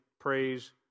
praise